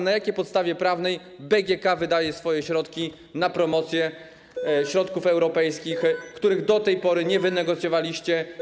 Na jakiej podstawie prawnej BGK wydaje swoje środki na promocję środków europejskich, których do tej pory nie wynegocjowaliście?